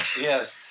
Yes